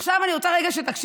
עכשיו אני רוצה רגע שתקשיבו.